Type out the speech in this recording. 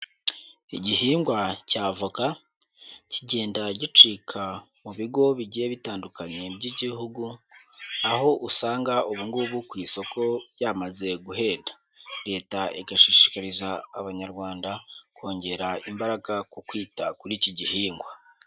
Igihingwa cya avoka kigenda gicika mu bigo bigiye bitandukanye by'igihugu, aho usanga ubungubu ku isoko byamaze guhenda. Leta igashishikariza Abanyarwanda kongera imbaraga ku kwita kuri iki gihingwa.